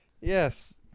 Yes